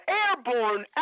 airborne